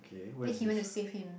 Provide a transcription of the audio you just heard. then he went to save him